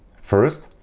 first,